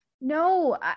No